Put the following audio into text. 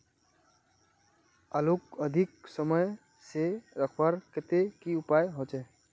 आलूक अधिक समय से रखवार केते की उपाय होचे?